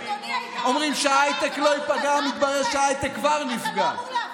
אומרים שההייטק לא ייפגע, מתברר שההייטק כבר נפגע.